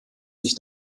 sich